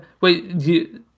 Wait